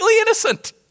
innocent